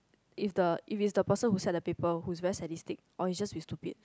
if the if it's the person who set the paper who is very sadistic or just we stupid